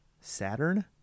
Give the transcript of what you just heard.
Saturn